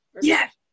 Yes